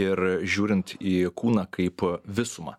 ir žiūrint į kūną kaip visumą